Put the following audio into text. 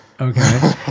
Okay